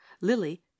Lily